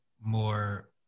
more